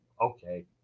Okay